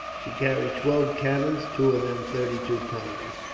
she carried twelve cannon, two of them thirty-two pounders,